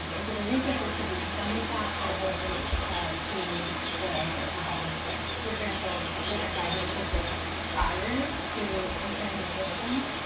and so the research attribute some of that divergence to the differential different diagnosis rates prior to entering the system,